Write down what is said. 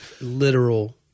Literal